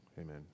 Amen